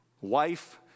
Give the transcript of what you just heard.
wife